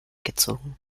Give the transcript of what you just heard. gezogen